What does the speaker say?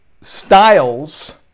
styles